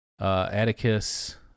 Atticus